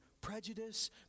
prejudice